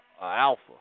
alpha